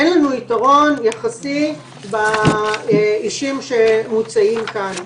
אין לנו יתרון יחסי באישים שמוצעים כאן.